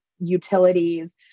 utilities